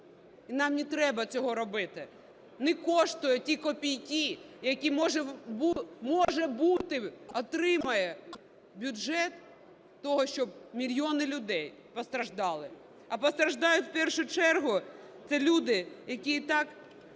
І нам не треба цього робити. Не коштують ті копійки, які, може бути, отримає бюджет, для того, щоб мільйони людей постраждали. А постраждають, в першу чергу, це люди, які і так